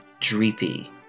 DREEPY